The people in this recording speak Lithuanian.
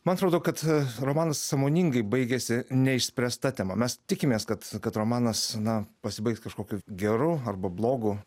man atrodo kad romanas sąmoningai baigėsi neišspręsta tema mes tikimės kad kad romanas na pasibaigs kažkokiu geru arba blogu